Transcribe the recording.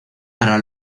para